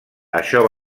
això